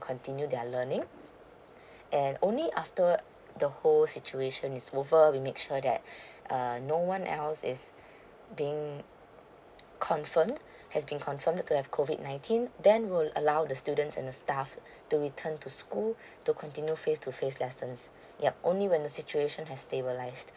continue their learning and only after uh the whole situation is over we make sure that err no one else is being confirmed has been confirmed to have COVID nineteen then will allow the students and the staff to return to school to continue face to face lessons yup only when the situation has stabilized